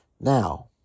Now